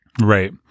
Right